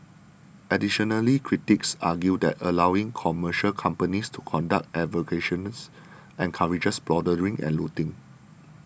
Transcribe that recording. additionally critics argued that allowing commercial companies to conduct excavations encourages plundering and looting